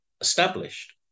established